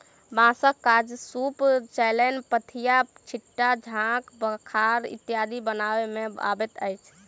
बाँसक काज सूप, चालैन, पथिया, छिट्टा, ढाक, बखार इत्यादि बनबय मे अबैत अछि